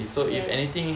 yes